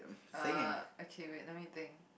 uh okay wait let me think